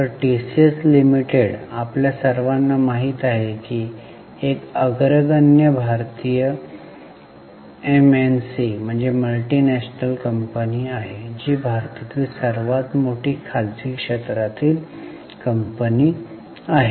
तर TCS limited आपल्या सर्वांना माहित आहे की एक अग्रगण्य भारतीय एमएनसी आहे जी भारतातील सर्वात मोठी खासगी क्षेत्रातील कंपनी आहे